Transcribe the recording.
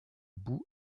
bout